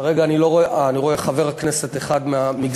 כרגע אני לא רואה, אני רואה חבר כנסת אחד מהמגזר.